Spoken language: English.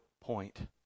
point